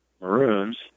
Maroons